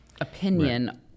opinion